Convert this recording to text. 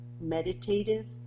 meditative